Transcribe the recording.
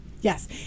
Yes